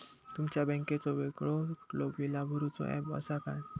तुमच्या बँकेचो वेगळो कुठलो बिला भरूचो ऍप असा काय?